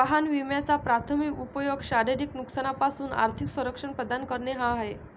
वाहन विम्याचा प्राथमिक उपयोग शारीरिक नुकसानापासून आर्थिक संरक्षण प्रदान करणे हा आहे